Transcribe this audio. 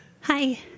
hi